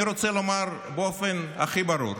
אני רוצה לומר באופן הכי ברור: